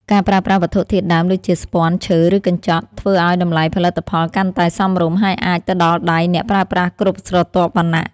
ការប្រើប្រាស់វត្ថុធាតុដើមដូចជា ស្ពាន់ ឈើ ឬកញ្ចក់ ធ្វើឱ្យតម្លៃផលិតផលកាន់តែ សមរម្យ ហើយអាចទៅដល់ដៃអ្នកប្រើប្រាស់គ្រប់ស្រទាប់វណ្ណៈ។